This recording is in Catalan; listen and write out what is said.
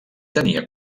tenia